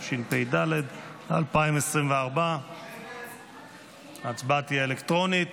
התשפ"ד 2024. ההצבעה תהיה אלקטרונית.